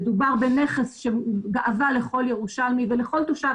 מדובר בנכס שהוא גאווה לכל ירושלמי ולכל תושב